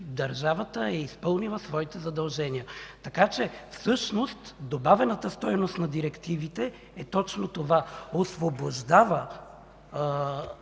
държавата е изпълнила своите задължения. Всъщност добавената стойност на директивите е, че освобождава